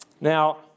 Now